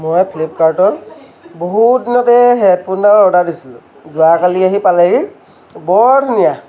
মই ফ্লিপকাৰ্টৰ বহুত দিনতে হেডফোন এডাল অৰ্ডাৰ দিছিলোঁ যোৱাকালি আহি পালেহি বৰ ধুনীয়া